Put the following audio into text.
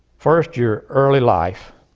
first your early life